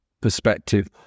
perspective